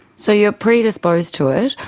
so you are predisposed to it,